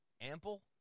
ample